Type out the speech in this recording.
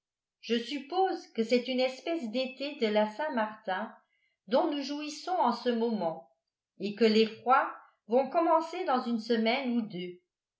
je suppose que c'est une espèce d'été de la saint-martin dont nous jouissons en ce moment et que les froids vont commencer dans une semaine ou deux